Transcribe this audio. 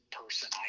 person